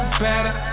better